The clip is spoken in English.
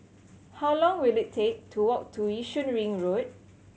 how long will it take to walk to Yishun Ring Road